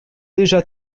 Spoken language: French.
déjà